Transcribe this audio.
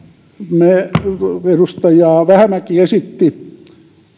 edustaja vähämäki esitti